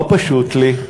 לא פשוט לי,